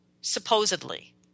supposedly